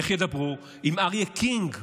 איך ידברו, אם אריה קינג,